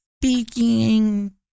speaking